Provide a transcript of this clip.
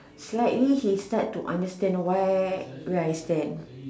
slightly he start to understand where where I stand